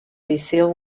liceo